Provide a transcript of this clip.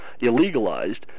illegalized